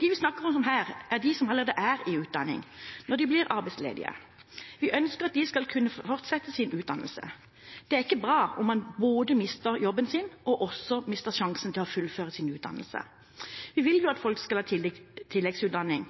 Vi snakker her om dem som allerede er i utdanning når de blir arbeidsledige. Vi ønsker at de skal kunne fortsette sin utdannelse. Det er ikke bra om man både mister jobben sin og også mister sjansen til å fullføre utdannelsen sin. Vi vil jo at folk skal ta tilleggsutdanning,